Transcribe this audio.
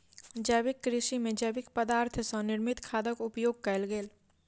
जैविक कृषि में जैविक पदार्थ सॅ निर्मित खादक उपयोग कयल गेल